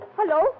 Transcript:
hello